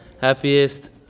Happiest